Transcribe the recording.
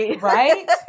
Right